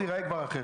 זה ייראה כבר אחרת.